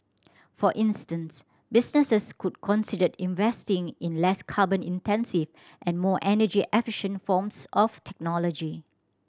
for instance businesses could consider investing in less carbon intensive and more energy efficient forms of technology